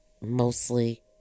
mostly